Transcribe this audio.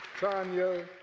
Tanya